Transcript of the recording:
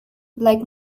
like